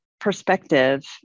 perspective